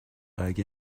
اگه